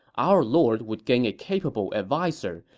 our lord would gain a capable adviser,